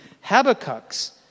Habakkuk's